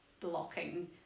blocking